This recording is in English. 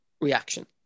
reaction